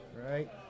Right